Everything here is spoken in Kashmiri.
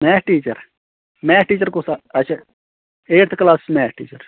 میتھ ٹیٖچر میتھ ٹیٖچر کُس اچھا ایٹتھٕ کلاسُک میتھ ٹیٖچر